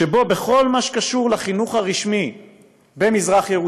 שבכל מה שקשור לחינוך הרשמי במזרח-ירושלים,